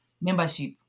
membership